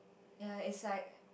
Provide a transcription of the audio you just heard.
ya is like